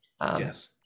Yes